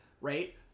Right